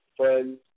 friends